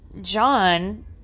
John